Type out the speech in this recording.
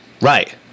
Right